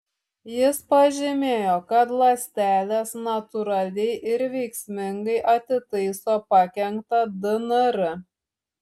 jis pažymėjo kad ląstelės natūraliai ir veiksmingai atitaiso pakenktą dnr